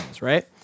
Right